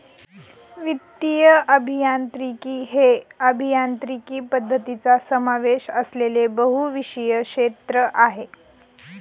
वित्तीय अभियांत्रिकी हे अभियांत्रिकी पद्धतींचा समावेश असलेले बहुविषय क्षेत्र आहे